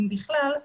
אם בכלל,